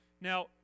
Now